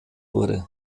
wurde